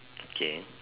okay